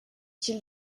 qui